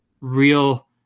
real